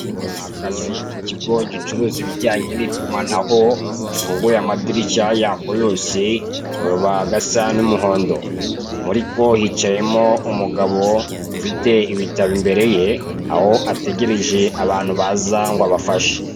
Ni akazu k'ikigo gicuruza ibajyanye n'itumanaho gafunguye amadirishya yako yose kakaba gasa n'umuhondo, muri ko hicayemo umugabo ufite ibitabo imbere ye aho ategereje abantu baza ngo abafashe.